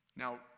Now